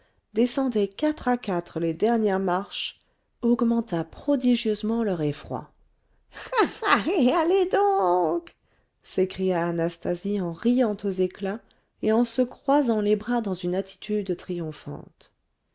descendaient quatre à quatre les dernières marches augmenta prodigieusement leur effroi et alllllez donc s'écria anastasie en riant aux éclats et en se croisant les bras dans une attitude triomphante